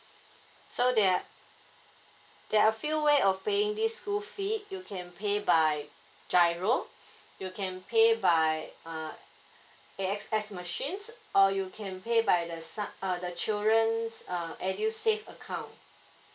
so there are there are few way of paying these school fee you can pay by grio you can pay by uh A S X machines or you can pay by the sun uh the children's uh edusave account